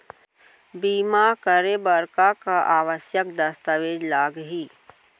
बीमा करे बर का का आवश्यक दस्तावेज लागही